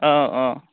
অঁ অঁ